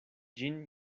ĝin